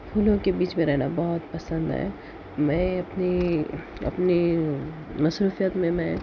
پھولوں کے بیچ میں رہنا بہت پسند ہے میں اپنی اپنی مصروفیت میں میں